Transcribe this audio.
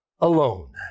alone